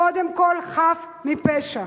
קודם כול חף מפשע,